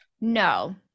No